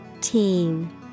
Teen